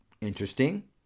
interesting